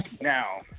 Now